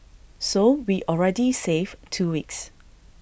so we already save two weeks